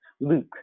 Luke